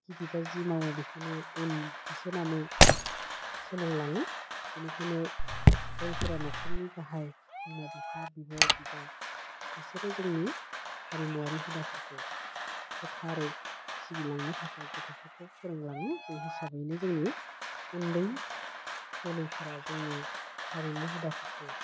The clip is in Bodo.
गेदेरा जि मावो बेखौनो उन होसोनानै सोलोंलाङो बिनिखायनो जायफोरा नख'रनि गाहाइ बिमा बिफा बिब' बिदा बिसोरो जोंनि हारिमुवारि हुदाफोरखौ गोथारै सिबिलांनो थाखाय गथ'फोरखौ फोरोंलाङो बे हिसाबैनो जोंनि उन्दै जोलैफोरा जोंनि हारिमु हुदाफोरखौ